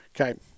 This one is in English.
okay